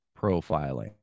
profiling